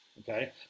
Okay